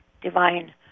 divine